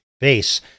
base